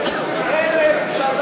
אלף שנה